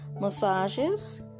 Massages